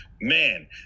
man